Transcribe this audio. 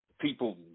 people